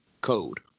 code